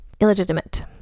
illegitimate